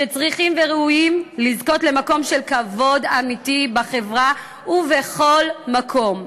שצריכים וראויים לזכות למקום של כבוד אמיתי בחברה ובכל מקום.